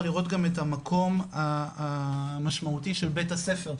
לראות גם את המקום המשמעותי של בית הספר,